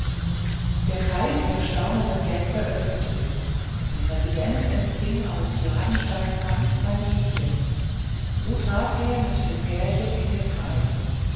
der kreis der erstaunten gäste öffnete sich der präsident empfing aus ladensteins hand sein idchen so trat er mit dem pärchen in den kreis die